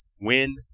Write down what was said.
win